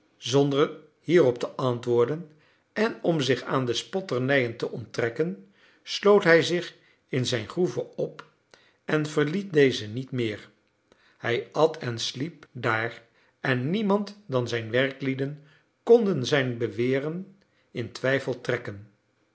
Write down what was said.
zonder hierop te antwoorden en om zich aan de spotternijen te onttrekken sloot hij zich in zijn groeve op en verliet deze niet meer hij at en sliep daar en niemand dan zijn werklieden konden zijn beweren in twijfel trekken